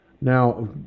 Now